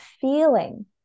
feeling